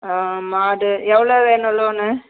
மாடு எவ்வளோ வேணும் லோனு